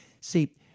See